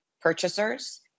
purchasers